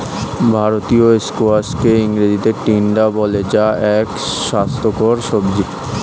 ভারতীয় স্কোয়াশকে ইংরেজিতে টিন্ডা বলে যা এক স্বাস্থ্যকর সবজি